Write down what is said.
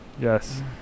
yes